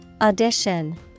Audition